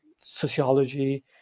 sociology